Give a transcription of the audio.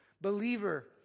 Believer